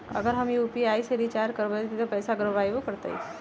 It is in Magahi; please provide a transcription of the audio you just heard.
अगर हम यू.पी.आई से रिचार्ज करबै त पैसा गड़बड़ाई वो करतई?